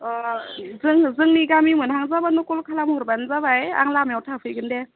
अ जोङो जोंनि गामि मोनहां जाब्लानो कल खालाम हरब्लानो जाबाय आं लामायाव थाफैगोन दे